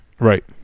Right